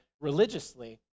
religiously